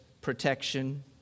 protection